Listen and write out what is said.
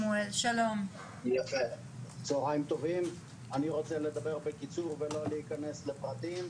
אני רוצה לדבר בקיצור ולא להיכנס לפרטים.